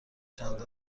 چند